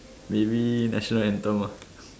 maybe national anthem